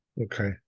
Okay